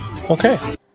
Okay